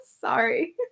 sorry